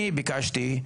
אני ביקשתי,